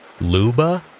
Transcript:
Luba